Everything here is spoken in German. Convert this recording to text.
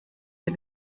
der